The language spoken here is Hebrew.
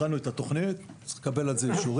הכנו את התוכנית, צריך לקבל על זה אישורים.